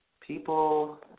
people